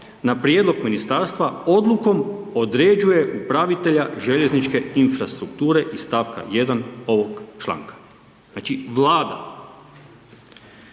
na prijedlog Ministarstva, odlukom određuje upravitelja željezničke infrastrukture, iz stavka 1 ovog članka. Znači vlada,